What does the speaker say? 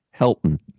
Helton